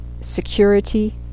security